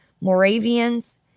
Moravians